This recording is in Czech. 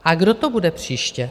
A kdo to bude příště?